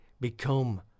become